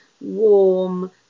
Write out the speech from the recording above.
warm